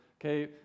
okay